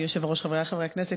חברי חברי הכנסת,